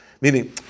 meaning